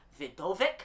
Vidovic